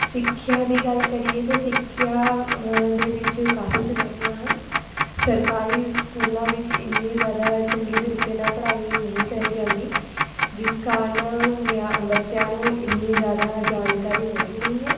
ਸਿੱਖਿਆ ਦੀ ਗੱਲ ਕਰੀਏ ਤਾਂ ਸਿੱਖਿਆ ਦੇ ਵਿੱਚ ਕਾਫੀ ਚੁਣੌਤੀਆਂ ਹਨ ਸਰਕਾਰੀ ਸਕੂਲਾਂ ਵਿੱਚ ਇੰਨੀ ਜ਼ਿਆਦਾ ਚੰਗੇ ਤਰੀਕੇ ਨਾਲ ਪੜ੍ਹਾਈ ਨਹੀਂ ਕਰਾਈ ਜਾਂਦੀ ਜਿਸ ਕਾਰਨ ਨਿਆ ਬੱਚਿਆਂ ਨੂੰ ਇੰਨੀ ਜ਼ਿਆਦਾ ਜਾਣਕਾਰੀ ਮਿਲਦੀ ਨਹੀਂ ਹੈ